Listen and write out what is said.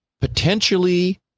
potentially